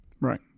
Right